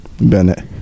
Bennett